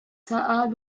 caah